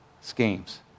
schemes